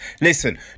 Listen